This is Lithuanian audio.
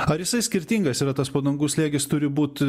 ar jisai skirtingas yra tas padangų slėgis turi būt